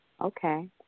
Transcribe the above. Okay